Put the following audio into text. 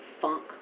funk